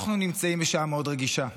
אנחנו נמצאים בשעה רגישה מאוד.